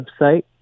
website